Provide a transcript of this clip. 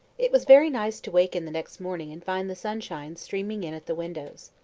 it was very nice to waken the next morning and find the sunshine streaming in at the windows.